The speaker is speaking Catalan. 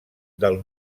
del